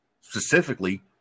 specifically